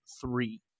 three